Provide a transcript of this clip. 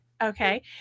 Okay